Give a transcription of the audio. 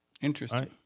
interesting